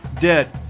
dead